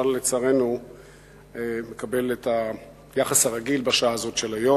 אבל לצערנו מקבל את היחס הרגיל בשעה הזאת של היום.